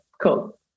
Cool